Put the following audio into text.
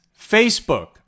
Facebook